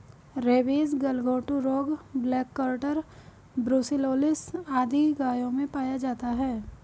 rabies, गलघोंटू रोग, black quarter, brucellosis आदि रोग गायों में पाया जाता है